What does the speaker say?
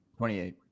28